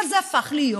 אבל זה הפך להיות